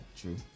true